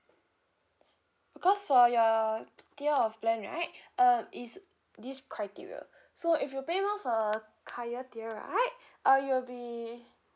because for your tier of plan right uh is this criteria so if you pay more for higher tier right uh you'll be